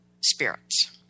spirits